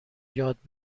یاد